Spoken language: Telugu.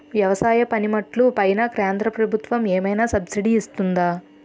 వ్యవసాయ పనిముట్లు పైన కేంద్రప్రభుత్వం ఏమైనా సబ్సిడీ ఇస్తుందా?